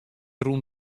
rûn